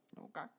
Okay